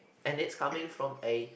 and it's coming from a